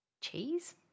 Cheese